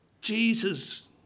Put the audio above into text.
Jesus